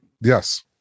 Yes